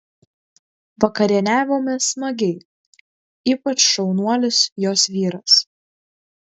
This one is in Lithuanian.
vakarieniavome smagiai ypač šaunuolis jos vyras